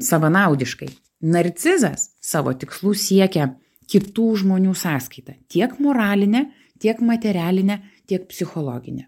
savanaudiškai narcizas savo tikslų siekia kitų žmonių sąskaita tiek moraline tiek materialine tiek psichologine